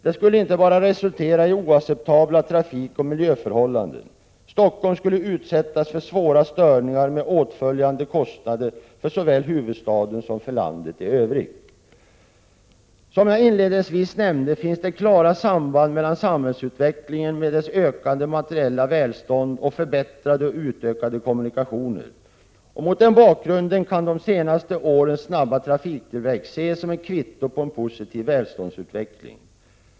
Det skulle inte bara resultera i oacceptabla trafikoch miljöförhållanden, utan Stockholm skulle utsättas för svåra störningar med åtföljande kostnader såväl för huvudstaden som för landet i Övrigt. Som jag inledningsvis nämnde finns det klara samband mellan samhällsutvecklingen, med dess ökade materiella välstånd, och förbättrade och utökade kommunikationer. Mot den bakgrunden kan de senaste årens snabba trafiktillväxt ses som ett kvitto på en positiv välståndsutveckling.